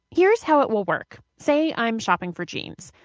here's how it will work. say i'm shopping for jeans.